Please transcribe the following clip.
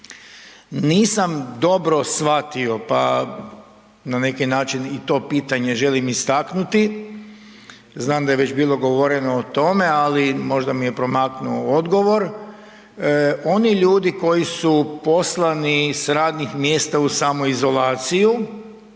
Nisam dobro shvatio, pa na neki način i to pitanje želim istaknuti, znam da je već bilo govoreno o tome, ali možda mi je promaknuo odgovor, oni ljudi koji su poslani s radnih mjesta u samoizolaciju,